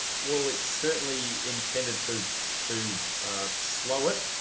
will it's certainly intended to to slow it.